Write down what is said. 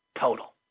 Total